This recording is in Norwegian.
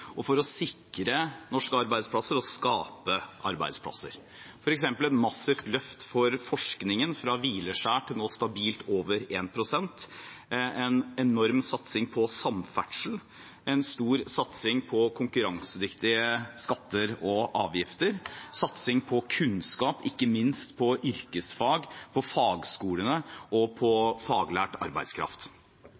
og for å sikre norske arbeidsplasser og skape arbeidsplasser – f.eks. et massivt løft for forskningen, fra hvileskjær til nå stabilt over én prosent, en enorm satsing på samferdsel, en stor satsing på konkurransedyktige skatter og avgifter og satsing på kunnskap, ikke minst på yrkesfag, på fagskolene og på